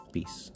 Peace